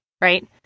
right